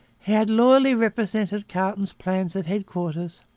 had loyally represented carleton's plans at headquarters.